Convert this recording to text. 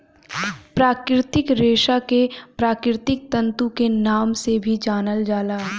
प्राकृतिक रेशा के प्राकृतिक तंतु के नाम से भी जानल जाला